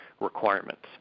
requirements